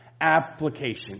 application